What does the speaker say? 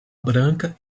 branca